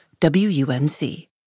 WUNC